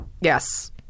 Yes